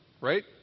right